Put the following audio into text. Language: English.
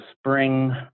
spring